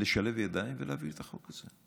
לשלב ידיים ולהעביר את החוק הזה.